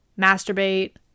masturbate